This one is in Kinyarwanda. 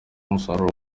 umusaruro